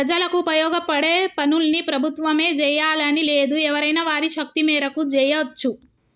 ప్రజలకు ఉపయోగపడే పనుల్ని ప్రభుత్వమే జెయ్యాలని లేదు ఎవరైనా వారి శక్తి మేరకు జెయ్యచ్చు